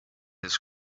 his